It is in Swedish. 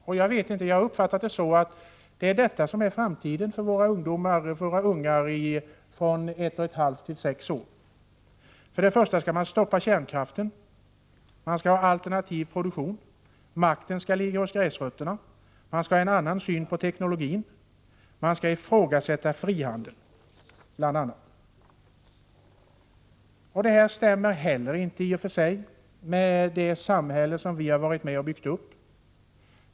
Jag har fått den uppfattningen att det som sägs i detta avsnitt är framtiden för våra ungar i åldrarna från ett och ett halvt år till sex år. Först och främst skall man stoppa kärnkraften. Man skall ha alternativ produktion. Makten skall ligga hos gräsrötterna. Man skall ha en annan syn på teknologin. Man skall ifrågasätta frihandeln bl.a. Inte heller det här står i och för sig i överensstämmelse med det samhälle som vi har varit med om att bygga upp.